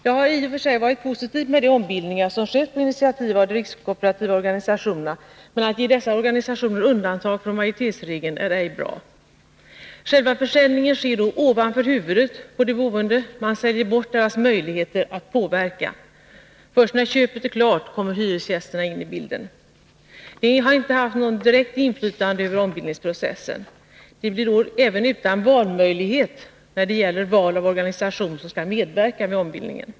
Det har i och för sig varit positivt med de ombildningar som skett på initiativ av de rikskooperativa organisationerna, men att dessa organisationer undantas från majoritetsregeln är ej bra. Själva försäljningen sker då ovanför huvudet på de boende, man säljer bort deras möjligheter att påverka. Först när köpet är klart kommer hyresgästerna in i bilden. De har inte haft något direkt inflytande över ombildningsprocessen. De blir då även utan valmöjlighet när det gäller val av organisation, som kan medverka vid ombildningen.